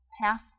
half